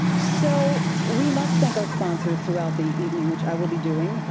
so we must thank our sponsors throughout the evening, which i will be doing,